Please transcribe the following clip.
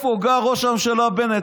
תגיד, איפה גר ראש הממשלה בנט?